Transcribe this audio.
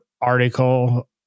article